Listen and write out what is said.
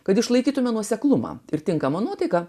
kad išlaikytumėme nuoseklumą ir tinkamą nuotaiką